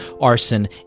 arson